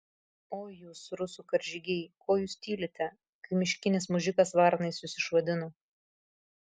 oi jūs rusų karžygiai ko jūs tylite kai miškinis mužikas varnais jus išvadino